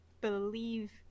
believe